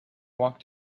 walked